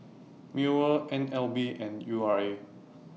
Mewr N L B and U R A